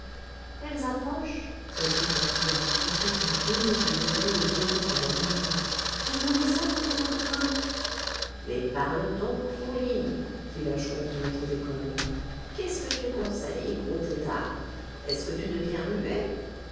elles approchent reprit tortillard en prêtant de nouveau l'oreille au bruit de pas lointains elles vont descendre dans le ravin mais parle donc fourline dit la chouette au maître d'école qu'est-ce que tu conseilles gros têtard est-ce que tu deviens muet